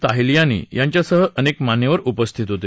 तहिलियानी यांच्यासह अनेक मान्यवर उपस्थित होते